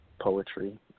poetry